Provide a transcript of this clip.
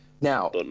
Now